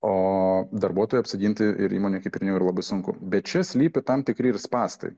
o darbuotojui apsiginti ir įmonei kaip ir minėjau yra labai sunku bet čia slypi tam tikri ir spąstai